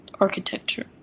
architecture